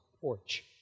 porch